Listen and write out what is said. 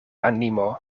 animo